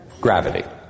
Gravity